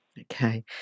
Okay